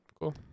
cool